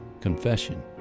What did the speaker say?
confession